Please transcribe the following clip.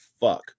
fuck